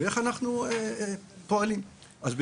ואיך אנחנו פועלים אז?